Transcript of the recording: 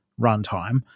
runtime